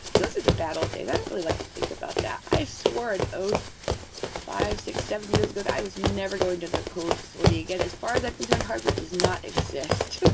those are the battle days. i don't really like to think about that. i swore an oath five, six, seven years ago that i was never going to their colo facility again. as far as i'm concerned, harvard does not exist.